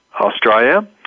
Australia